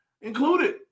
included